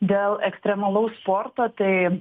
dėl ekstremalaus sporto tai